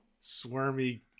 swarmy